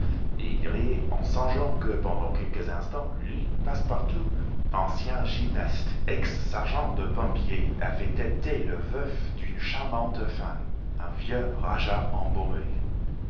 et il riait en songeant que pendant quelques instants lui passepartout ancien gymnaste ex sergent de pompiers avait été le veuf d'une charmante femme un vieux rajah embaumé